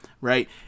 right